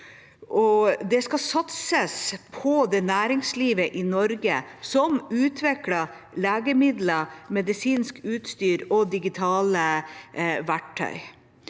Det skal satses på det næringslivet i Norge som utvikler legemidler, medisinsk utstyr og digitale verktøy.